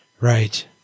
Right